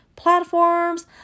platforms